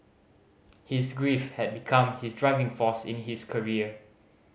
his grief had become his driving force in his career